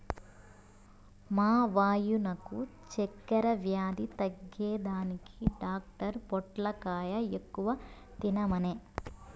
మా వాయినకు చక్కెర వ్యాధి తగ్గేదానికి డాక్టర్ పొట్లకాయ ఎక్కువ తినమనె